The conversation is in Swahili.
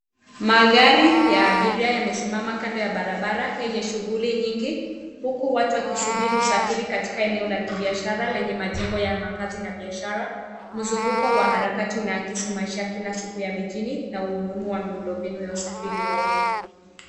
Magari ya abiria yamesimama kando ya barabara yenye shughuli nyingi huku watu wakisubiri usafiri katika eneo la kibiashara lenye majengo ya makazi na biashara. Mzunguko wa harakati unaakisi maisha ya kila siku ya mijini na umuhimu wa miundo mbinu ya usafiri wa umma.